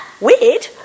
weird